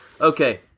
Okay